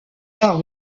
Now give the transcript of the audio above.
par